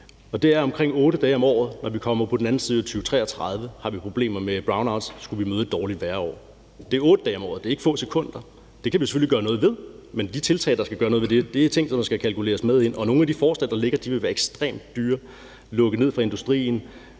Og det er, at når vi kommer over på den anden side af 2033, har vi problemer med brownouts omkring 8 dage om året, hvis vi skulle møde et dårligt vejrår. Det er 8 dage om året; det er ikke få sekunder. Det kan vi selvfølgelig gøre noget ved, men de tiltag, der skal gøre noget ved det, er ting, der skal kalkuleres med. Og nogle af de forslag, der ligger, vil være ekstremt dyre: lukke ned for industrien,